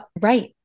right